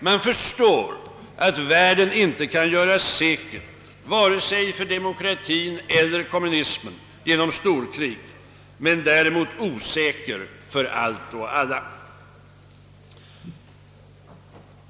Man förstår att världen inte genom storkrig kan göras säker vare sig för demokratien eller för kommunismen, men däremot osäker för allt och alla.